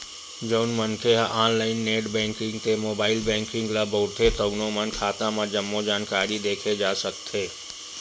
जउन मनखे ह ऑनलाईन नेट बेंकिंग ते मोबाईल बेंकिंग ल बउरथे तउनो म खाता के जम्मो जानकारी देखे जा सकथे